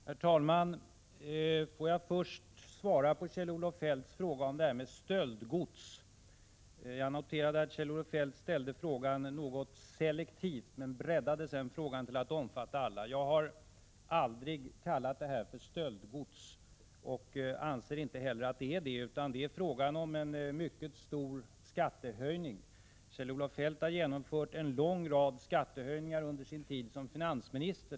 Herr talman! Får jag först svara på Kjell-Olof Feldts fråga om stöldgods. Jag noterade att Kjell-Olof Feldt ställde frågan något selektivt, men breddade sedan frågan till att omfatta alla. Jag har aldrig kallat det här för stöldgods och anser inte heller att det är det. Det är fråga om en mycket stor skattehöjning. Kjell-Olof Feldt har genomfört en lång rad skattehöjningar under sin tid som finansminister.